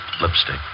lipstick